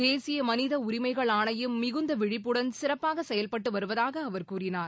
தேசிய மனித உரிமைகள் ஆணையம் மிகுந்த விழிப்புடன் சிறப்பாக செயல்பட்டு வருவதாக அவர் கூறினார்